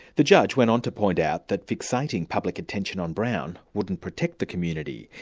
the judge went on to point out that fixating public attention on brown wouldn't protect the community.